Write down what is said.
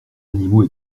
animaux